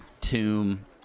tomb